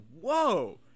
whoa